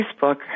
Facebook